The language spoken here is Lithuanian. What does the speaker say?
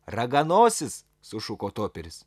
raganosis sušuko toperis